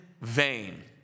vain